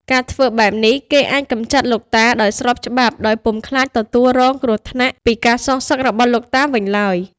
ការធ្វើបែបនេះគេអាចកម្ចាត់លោកតា ដោយស្របច្បាប់ ដោយពុំខ្លាចទទួលរងគ្រោះថ្នាក់ពីការសងសឹករបស់លោកតាវិញឡើយ។